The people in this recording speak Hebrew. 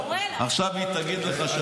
עכשיו היא תגיד לך,